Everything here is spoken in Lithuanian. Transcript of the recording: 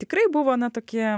tikrai buvo na tokie